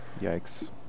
yikes